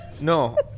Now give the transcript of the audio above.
No